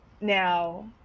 Now